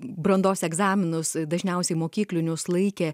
brandos egzaminus dažniausiai mokyklinius laikė